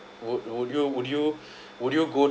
would would you would you would you go